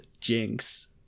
jinx